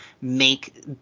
make